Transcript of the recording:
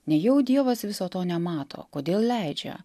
nejau dievas viso to nemato kodėl leidžia